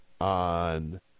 on